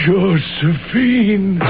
Josephine